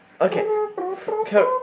Okay